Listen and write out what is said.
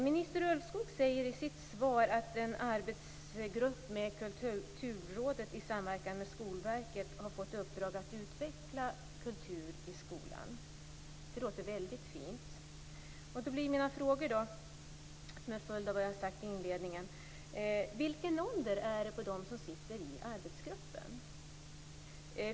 Minister Ulvskog pekar i sitt svar på en arbetsgrupp vars arbete lett till att Kulturrådet i samverkan med Skolverket har fått i uppdrag att utveckla Kultur i skolan. Det låter väldigt fint. Mina frågor blir som en följd av vad jag inledningsvis har sagt: Vilken ålder har de som sitter med i den arbetsgruppen?